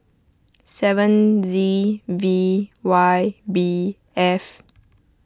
seven Z V Y B F